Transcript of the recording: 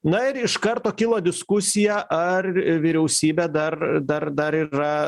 na ir iš karto kilo diskusija ar vyriausybė dar dar dar yra